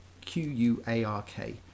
Q-U-A-R-K